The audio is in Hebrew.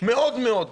מאוד מאוד,